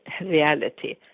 Reality